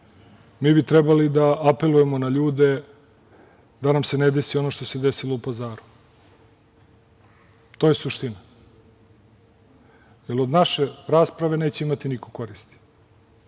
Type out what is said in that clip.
mi bismo trebali da apelujemo na ljude da nam se ne desi ono što se desilo u Pazaru. To je suština, jer od naše rasprave neće imati niko koristi.